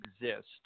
exist